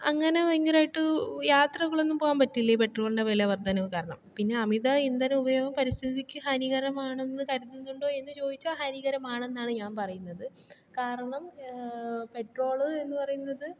അങ്ങനെ ഭയങ്കരമായിട്ട് യാത്രകളൊന്നും പോകാൻ പറ്റില്ല ഈ പെട്രോളിൻ്റെ വില വർധനവ് കാരണം പിന്നെ അമിത ഇന്ധന ഉപയോഗം പരിസ്ഥിതിക്ക് ഹാനീകരമാണെന്ന് കരുതുന്നുണ്ടോ എന്ന് ചോദിച്ചാൽ ഹാനികരമാണെന്നാണ് ഞാൻ പറയുന്നത് കാരണം പെട്രോള് എന്ന് പറയുന്നത്